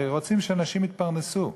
הרי רוצים שאנשים יתפרנסו,